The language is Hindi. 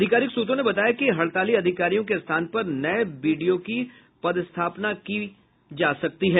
अधिकारिक सूत्रों ने बताया कि हड़ताली अधिकारियों के स्थान पर नये बीडीओ की पदस्थापना की जा सकती है